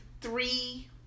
three